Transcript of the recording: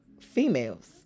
females